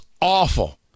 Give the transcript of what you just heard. awful